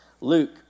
Luke